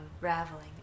unraveling